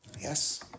Yes